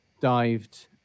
dived